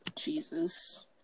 Jesus